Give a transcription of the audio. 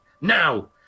Now